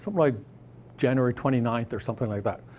like january twenty ninth, or something like that.